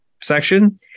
section